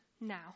now